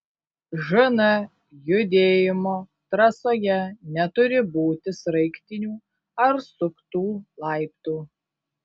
žn judėjimo trasoje neturi būti sraigtinių ar suktų laiptų